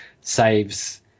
saves